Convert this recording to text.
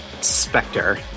specter